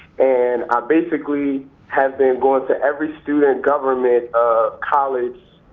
and i basically have been going to every student government ah college,